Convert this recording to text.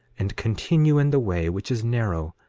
and continue in the way which is narrow,